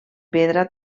pedra